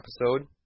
episode